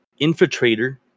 Infiltrator